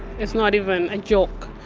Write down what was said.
it's not even a joke.